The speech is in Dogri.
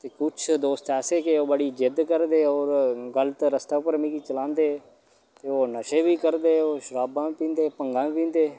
ते कुछ दोस्त ऐसे हे ओह् बड़ी जिद्द करदे होर गल्त रस्ते उप्पर मिकी चलांदे ते ओह् नशे बी करदे ओह् शराबां बी पींदे भंङा बी पींदे